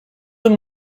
him